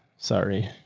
sorry.